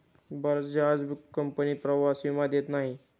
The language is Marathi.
बजाज कंपनी प्रवास विमा देत नाही